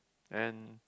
and